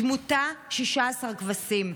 תמותה: 16 כבשים.